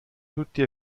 tutti